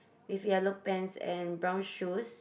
with yellow pants and brown shoes